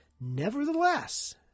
Nevertheless